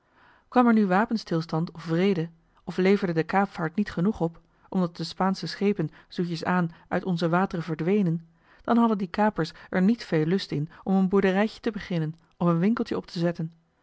kwam er nu wapenstilstand of vrede of leverde de kaapvaart niet genoeg op omdat de spaansche schepen zoetjesaan uit onze wateren verdwenen dan hadden die kapers er niet veel lust in om een boerderijtje te beginnen of een winkeltje op te zetten